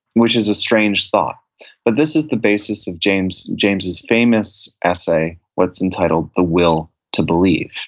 which is a strange thought but this is the basis of james's james's famous essay, what's entitled the will to believe.